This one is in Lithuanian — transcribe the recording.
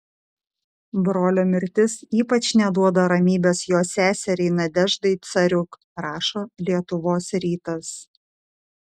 brolio mirtis ypač neduoda ramybės jo seseriai nadeždai cariuk rašo lietuvos rytas